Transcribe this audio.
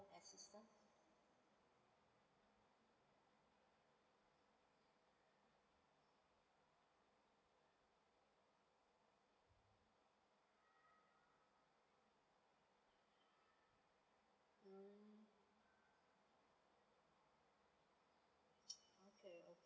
assistance mm